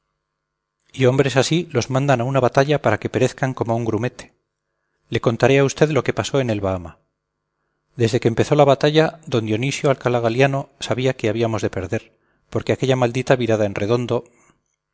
y hombres así los mandan a una batalla para que perezcan como un grumete le contaré a usted lo que pasó en el bahama desde que empezó la batalla d dionisio alcalá galiano sabía que la habíamos de perder porque aquella maldita virada en redondo